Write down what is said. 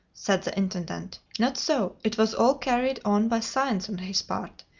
said the intendant. not so it was all carried on by signs on his part,